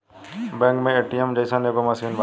bank मे ATM जइसन एगो मशीन बावे